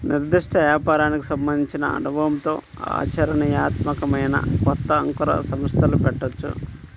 నిర్దిష్ట వ్యాపారానికి సంబంధించిన అనుభవంతో ఆచరణీయాత్మకమైన కొత్త అంకుర సంస్థలు పెట్టొచ్చు